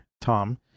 Tom